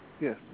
yes